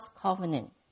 covenant